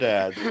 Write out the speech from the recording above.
Dad